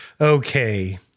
Okay